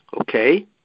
Okay